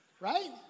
Right